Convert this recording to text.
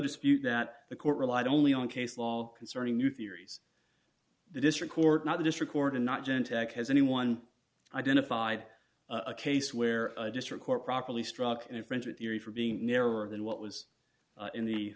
dispute that the court relied only on case law concerning new theories the district court not the district court and not gentex has anyone identified a case where a district court properly struck in french with theory for being nearer than what was in the